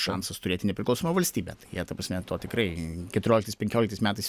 šansas turėti nepriklausomą valstybę tai jie ta prasme tuo tikrai keturioliktais penkioliktais metais